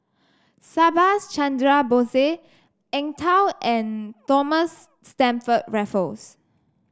Subhas Chandra Bose Eng Tow and Thomas Stamford Raffles